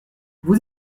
vous